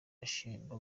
ushinjwa